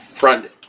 front